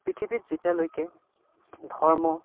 পৃথিৱীত যেতিয়ালৈকে ধৰ্ম